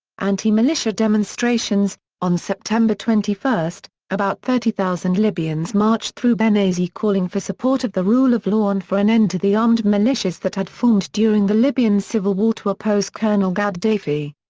anti-militia demonstrations on september twenty one, about thirty thousand libyans marched through benghazi calling for support of the rule of law and for an end to the armed militias that had formed during the libyan civil war to oppose colonel gaddafi.